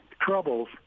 troubles